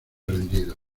rendido